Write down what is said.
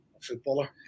footballer